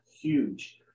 huge